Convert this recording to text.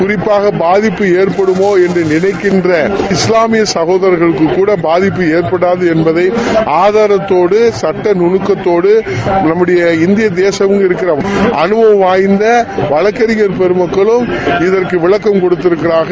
குறிப்பாக பாதிப்பு ஏற்படுமோ என்று நினைக்கின்ற இஸ்லாமிய சகோதர்களுக்கு கூட பாதிப்பு எற்படாது என்பதை ஆதாரத்தோடு சட்ட நுனுக்கத்தோடு நம்முடைய இந்திய தேசத்தில் இருக்கின்ற அனுபவம் வாய்ந்த வழக்கறிஞர் பெருமக்களும் இதற்கு விளக்கம் கொடுத்திருக்கிறார்கள்